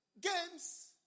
games